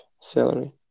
salary